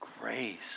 Grace